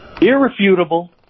irrefutable